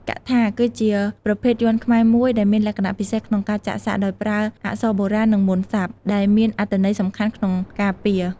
កៈថា គឺជាប្រភេទយ័ន្តខ្មែរមួយដែលមានលក្ខណៈពិសេសក្នុងការចាក់សាក់ដោយប្រើអក្សរបុរាណ និងមន្តសព្ទ ដែលមានអត្ថន័យសំខាន់ក្នុងការពារ។